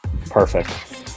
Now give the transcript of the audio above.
Perfect